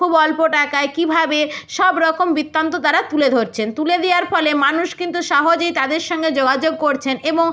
খুব অল্প টাকায় কীভাবে সব রকম বৃত্তান্ত তারা তুলে ধরছেন তুলে দেওয়ার ফলে মানুষ কিন্তু সহজেই তাদের সঙ্গে যোগাযোগ করছেন এবং